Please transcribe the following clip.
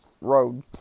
road